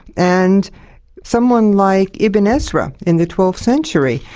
and someone like ibn ezra, in the twelfth century,